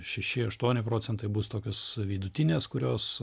šeši aštuoni procentai bus tokios vidutinės kurios